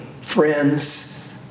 friends